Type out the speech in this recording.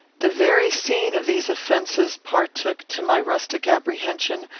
the very scene of these offences partook, to my rustic apprehension,